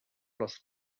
los